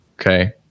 Okay